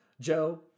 Joe